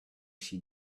she